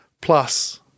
plus